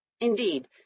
Indeed